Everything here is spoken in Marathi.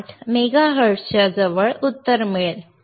128 मेगाहर्ट्झच्या जवळ उत्तर मिळेल